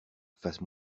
fasse